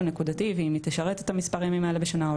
נקודתי ואם היא תשרת את המספרים האלה בשנה,